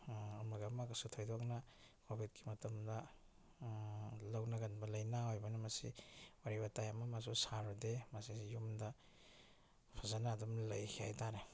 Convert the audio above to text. ꯑꯃꯒ ꯑꯃꯒꯁꯨ ꯊꯣꯏꯗꯣꯛꯅ ꯀꯣꯕꯤꯠꯀꯤ ꯃꯇꯝꯗ ꯂꯧꯅꯒꯟꯕ ꯂꯥꯏꯅꯥ ꯑꯣꯏꯕꯅ ꯃꯁꯤ ꯋꯥꯔꯤ ꯋꯥꯇꯥꯏ ꯑꯃꯃꯁꯨ ꯁꯥꯔꯨꯗꯦ ꯃꯁꯤꯁꯤ ꯌꯨꯝꯗ ꯐꯖꯅ ꯑꯗꯨꯝ ꯂꯩꯈꯤ ꯍꯥꯏ ꯇꯔꯦ